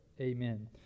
Amen